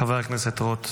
חבר הכנסת רוט,